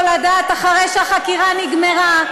הציבור יכול לדעת אחרי שהחקירה נגמרה,